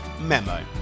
Memo